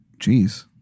Jeez